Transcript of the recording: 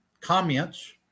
comments